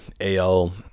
AL